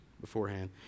beforehand